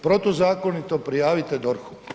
Protuzakonito prijavite DORH-u.